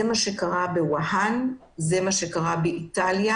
זה מה שקרה בוואהן, זה מה שקרה באיטליה,